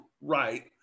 right